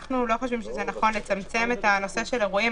אנחנו לא חושבים שנכון לצמצם את הנושא של אירועים,